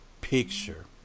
picture